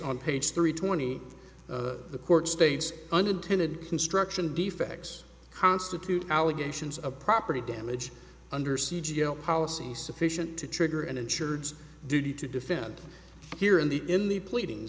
on page three twenty the court states unintended construction defects constitute allegations of property damage undersea g l policy sufficient to trigger and insureds duty to defend here in the in the pleading